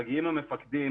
מגיעים המפקדים,